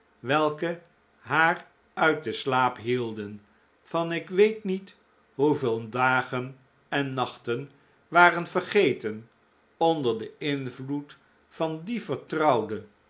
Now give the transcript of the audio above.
welke haar uit den slaap hidden van ik weet niet hoeveel dagen en nachten waren vergeten onder den invloed van dien vertrouwden